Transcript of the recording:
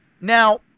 Now